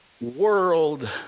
world